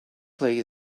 play